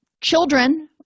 children